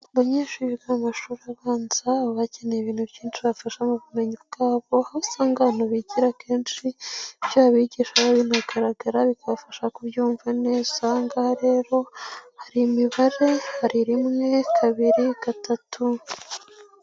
Abanyeshuri biga mu mashuri abanza bakeneye ibintu byinshi bafasha mu bumenyi bwabo aho usanga abantu bigira kenshi ibyo abigisha binagaragara bikabafasha kubyumva neza ahangaha rero hari imibare, hari rimwe, kabiri, gatatu.